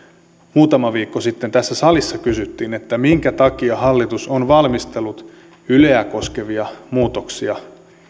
muutama viikko sitten tässä salissa kysyttiin minkä takia hallitus on valmistellut yleä koskevia muutoksia